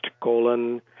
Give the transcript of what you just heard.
colon